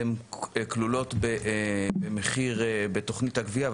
כלולות בתוכנית הגבייה,